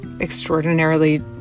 extraordinarily